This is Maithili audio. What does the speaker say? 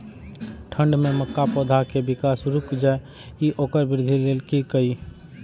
ठंढ में मक्का पौधा के विकास रूक जाय इ वोकर वृद्धि लेल कि करी?